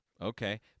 okay